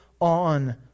on